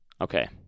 Okay